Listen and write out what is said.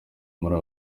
muri